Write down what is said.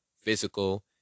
physical